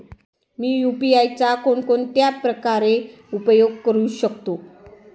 मी UPI चा कोणकोणत्या प्रकारे उपयोग करू शकतो?